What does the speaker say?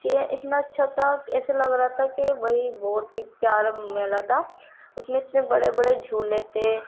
كہ اتنا اچّھا تھا كہ ایسا لگ رہا تھا کہ بھائی بہت ہی پیارا میلہ تھا اس میں اتنے بڑے بڑے جھولے تھے